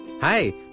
Hi